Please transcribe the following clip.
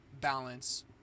balance